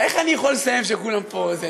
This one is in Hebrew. איך אני יכול לסיים כשכולם פה,